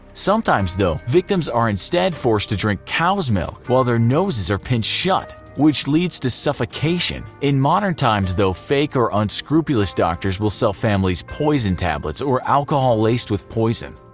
sometimes though, victims are instead forced to drink cow's milk while their noses are pinched shut, which leads to suffocation. in modern times though fake or unscrupulous doctors will sell families poison tablets or alcohol laced with poison.